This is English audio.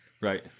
right